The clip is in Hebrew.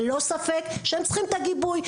ללא ספק, הם צריכים את הגיבוי.